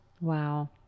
Wow